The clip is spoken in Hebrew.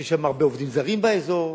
שיש שם הרבה עובדים זרים באזור,